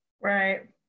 right